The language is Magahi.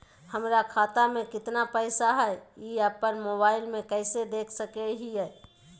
हमर खाता में केतना पैसा हई, ई अपन मोबाईल में कैसे देख सके हियई?